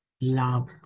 love